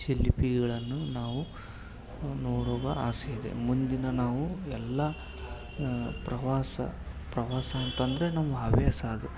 ಶಿಲ್ಪಿಗಳನ್ನು ನಾವು ನೋಡುವ ಆಸೆಯಿದೆ ಮುಂದಿನ ನಾವು ಎಲ್ಲ ಪ್ರವಾಸ ಪ್ರವಾಸ ಅಂತಂದರೆ ನಮ್ಮ ಹವ್ಯಾಸ ಅದು